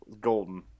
golden